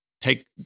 take